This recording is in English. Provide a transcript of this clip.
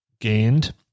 gained